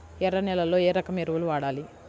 ఎర్ర నేలలో ఏ రకం ఎరువులు వాడాలి?